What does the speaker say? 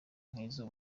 nk’izo